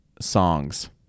songs